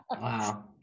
Wow